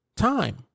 time